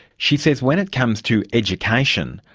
she says when it comes to education,